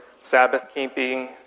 Sabbath-keeping